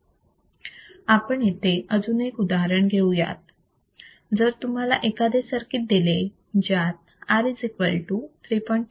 आपण इथे अजून एक उदाहरण घेऊयात जर तुम्हाला एखादे सर्किट दिले ज्यात R3